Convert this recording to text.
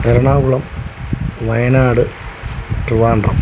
Ernakulam Wayanad Trivandrum